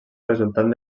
resultant